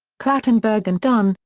clattenburg and dunn,